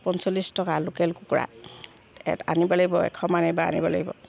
পঞ্চল্লিছ টকা লোকেল কুকুৰা ইয়াত আনিব লাগিব এশমান এইবাৰ আনিব লাগিব